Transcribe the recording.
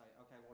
okay